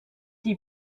die